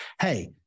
hey